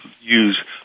use